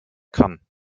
kann